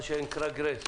מה שנקרא גרייס,